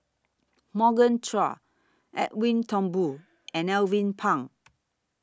Morgan Chua Edwin Thumboo and Alvin Pang